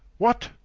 what,